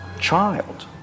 Child